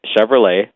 Chevrolet